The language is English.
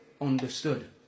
understood